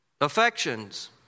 affections